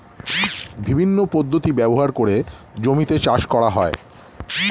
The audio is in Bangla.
বিভিন্ন পদ্ধতি ব্যবহার করে জমিতে চাষ করা হয়